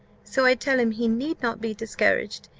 so i tell him he need not be discouraged,